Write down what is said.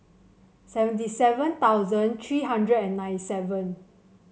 seventy seven thousand three hundred and ninety seven